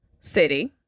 City